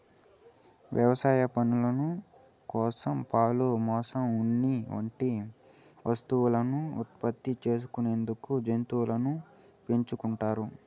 వ్యవసాయ పనుల కోసం, పాలు, మాంసం, ఉన్ని వంటి వస్తువులను ఉత్పత్తి చేసుకునేందుకు జంతువులను పెంచుకుంటారు